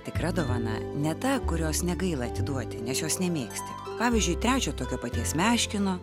tikra dovana ne ta kurios negaila atiduoti nes jos nemėgsti pavyzdžiui trečio tokio paties meškino